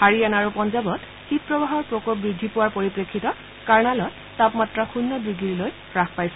হাৰিয়ানা আৰু পঞ্জাৱত শীতপ্ৰবাহৰ প্ৰকোপ বৃদ্ধি পোৱাৰ পৰিপ্ৰেক্ষিতত কাৰ্ণালত তাপমাত্ৰা শৃন্য ডিগ্ৰীলৈ হাস পাইছে